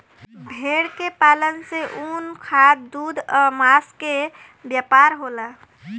भेड़ के पालन से ऊन, खाद, दूध आ मांस के व्यापार होला